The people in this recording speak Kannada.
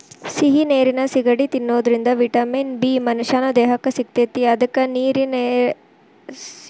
ಸಿಹಿ ನೇರಿನ ಸಿಗಡಿ ತಿನ್ನೋದ್ರಿಂದ ವಿಟಮಿನ್ ಬಿ ಮನಶ್ಯಾನ ದೇಹಕ್ಕ ಸಿಗ್ತೇತಿ ಅದ್ಕ ಸಿಹಿನೇರಿನ ಸಾಕಾಣಿಕೆಗ ಬಾಳ ಬೇಡಿಕೆ ಐತಿ